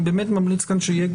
אני באמת ממליץ כאן שיהיה,